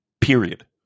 Period